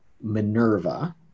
Minerva